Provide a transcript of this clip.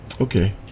okay